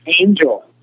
Angel